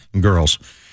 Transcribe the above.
girls